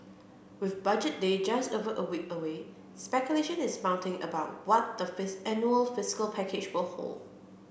with Budget Day just over a week away speculation is mounting about what the fix annual fiscal package will hold